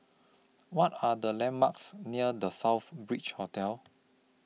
What Are The landmarks near The Southbridge Hotel